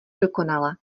dokonale